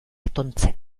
atontzen